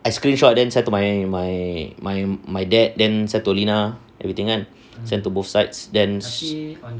I screenshot then send to my my my my dad then send to lina everything kan send to both sides then